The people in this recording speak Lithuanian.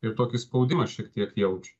ir tokį spaudimą šiek tiek jaučia